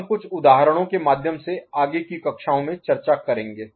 हम कुछ उदाहरणों के माध्यम से आगे की कक्षाओं में चर्चा करेंगे